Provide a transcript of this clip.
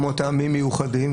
כמו טעמים מיוחדים,